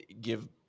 give